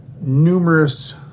numerous